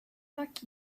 luck